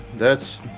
that's